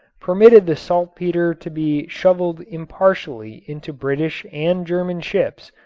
permitted the saltpeter to be shoveled impartially into british and german ships,